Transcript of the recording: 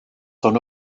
son